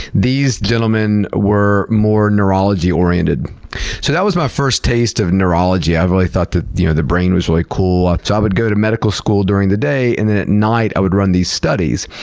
these gentlemen were more neurology-oriented, so that was my first taste of neurology. i really thought that the and the brain was really cool. ah so, i would go to medical school during the day, and then at night i would run these studies.